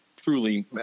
truly